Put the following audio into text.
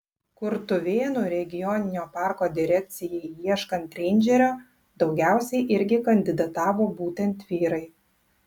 kurtuvėnų regioninio parko direkcijai ieškant reindžerio daugiausiai irgi kandidatavo būtent vyrai